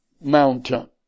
mountain